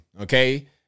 okay